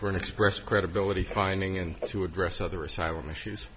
an express credibility finding and to address other asylum issues